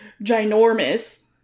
ginormous